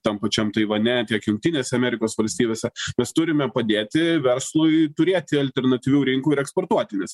tam pačiam taivane tiek jungtinėse amerikos valstybėse mes turime padėti verslui turėti alternatyvių rinkų ir eksportuoti nes